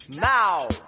Now